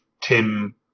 Tim